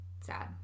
sad